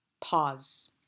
pause